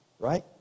right